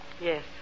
Yes